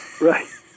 Right